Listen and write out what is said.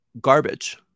garbage